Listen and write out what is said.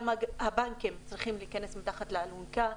גם הבנקים צריכים להיכנס מתחת לאלונקה,